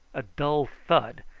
a dull thud,